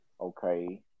okay